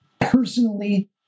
personally